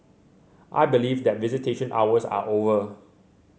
I believe that visitation hours are over